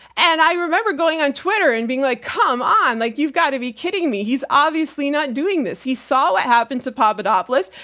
and i remember going on twitter and being like, come on, like you've got to be kidding me! he's obviously not doing this. he saw what happened to papadopoulos,